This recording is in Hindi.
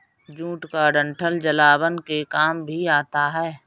जूट का डंठल जलावन के काम भी आता है